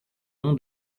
nom